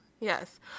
Yes